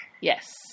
Yes